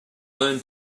learn